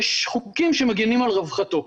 יש חוקים שמגנים על רווחתו.